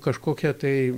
kažkokia tai